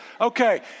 Okay